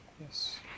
Yes